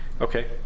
Okay